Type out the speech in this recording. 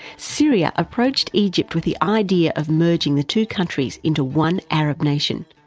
syria approached egypt with the idea of merging the two countries into one arab nation,